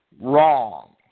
wrong